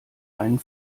einen